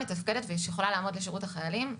מתפקדת ושיכולה לעמוד לשירות החיילים,